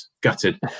Gutted